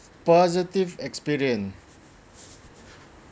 positive experience